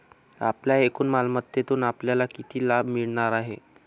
आपल्या एकूण मालमत्तेतून आपल्याला किती लाभ मिळणार आहे?